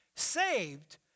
saved